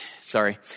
sorry